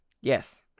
Yes